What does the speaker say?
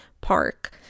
Park